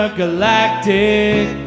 galactic